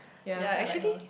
ya so I like her